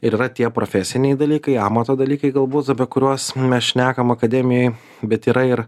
ir yra tie profesiniai dalykai amato dalykai galbūt apie kuriuos mes šnekam akademijoj bet yra ir